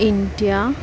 India